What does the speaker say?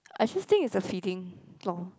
I just think it's a feeling lor